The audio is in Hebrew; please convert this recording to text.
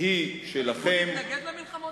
היא שלכם, הליכוד התנגד למלחמות האלה?